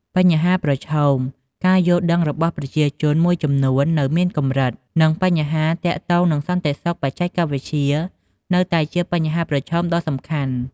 បញ្ហាប្រឈម ការយល់ដឹងរបស់ប្រជាជនមួយចំនួននៅមានកម្រិត និងបញ្ហាទាក់ទងនឹងសន្តិសុខបច្ចេកវិទ្យានៅតែជាបញ្ហាប្រឈមដ៏សំខាន់។